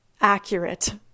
accurate